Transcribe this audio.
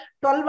12